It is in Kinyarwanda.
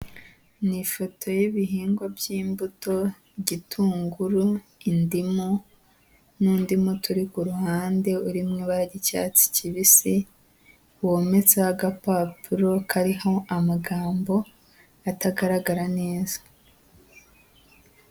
Ni ifoto y'ibihingwa by'imbuto igitunguru, indimu, n'undi muti uri kuruhande uri mu ibara ry'icyatsi kibisi wometseho agapapuro kariho amagambo atagaragara neza.